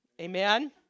Amen